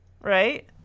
right